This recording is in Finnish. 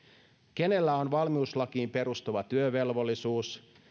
kenellä on valmiuslakiin perustuva työvelvollisuus